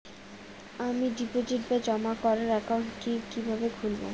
আমি ডিপোজিট বা জমা করার একাউন্ট কি কিভাবে খুলবো?